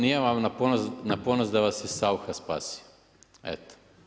Nije vam na ponos da vas je Saucha spasio.